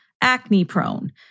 acne-prone